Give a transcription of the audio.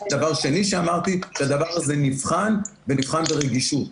דבר שני שאמרתי הוא שהדבר הזה נבחן ונבחן ברגישות.